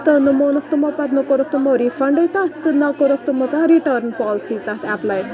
تہٕ نہٕ مونُکھ تِمو پَتہٕ نہٕ کوٚرُکھ تمو رِفَنڈٕے تَتھ تہٕ نہ کوٚرُکھ تٕمو تَتھ رِٹٲرٕن پالسی تَتھ ایٚپلاے